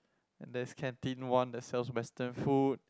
and there's canteen one that sells Western food